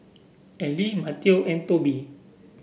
Allie Matteo and Tobi